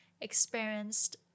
experienced